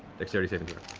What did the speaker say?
dexterity saving throw,